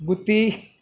గుత్తి